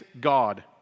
God